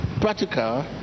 practical